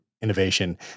innovation